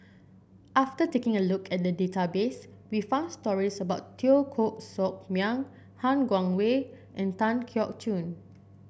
after taking a look at the database we found stories about Teo Koh Sock Miang Han Guangwei and Tan Keong Choon